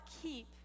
keep